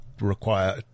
require